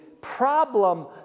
problem